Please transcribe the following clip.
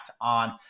on